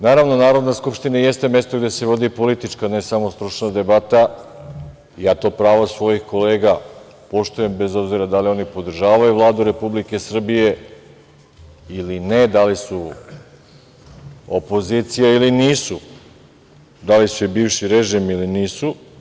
Naravno, Narodna skupština jeste mesto gde se vodi politička, ne samo stručna debata, ja to pravo svojih kolega poštujem bez obzira da li oni podržavaju Vlade Republike Srbije ili ne, da li su opozicija ili nisu, da li su bivši režim ili nisu.